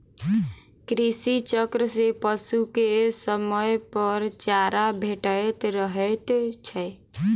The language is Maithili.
कृषि चक्र सॅ पशु के समयपर चारा भेटैत रहैत छै